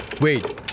Wait